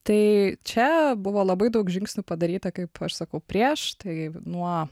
tai čia buvo labai daug žingsnių padaryta kaip aš sakau prieš tai nuo